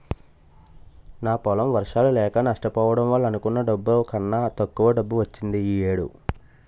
నా పొలం వర్షాలు లేక నష్టపోవడం వల్ల అనుకున్న డబ్బు కన్నా తక్కువ డబ్బు వచ్చింది ఈ ఏడు